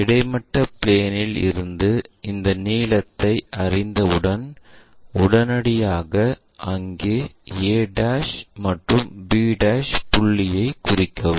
கிடைமட்ட பிளேன் இல் இருந்து இந்த நீளத்தை அறிந்தவுடன் உடனடியாக அங்கே a மற்றும் b புள்ளியைக் குறிக்கவும்